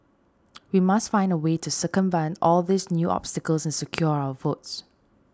we must find a way to circumvent all these new obstacles and secure our votes